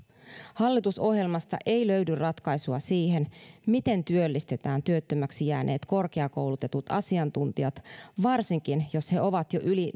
hallitusohjelmasta ei löydy ratkaisua siihen miten työllistetään työttömäksi jääneet korkeakoulutetut asiantuntijat varsinkaan jos he ovat jo yli